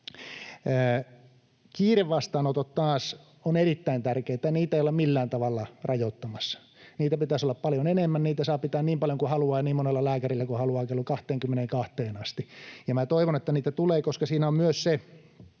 Kiirevastaanotot taas ovat erittäin tärkeitä. Niitä ei olla millään tavalla rajoittamassa. Niitä pitäisi olla paljon enemmän, niitä saa pitää niin paljon kuin haluaa ja niin monella lääkärillä kuin haluaa kello 22:een asti, ja minä toivon, että niitä tulee, koska siinä on myös se